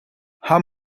how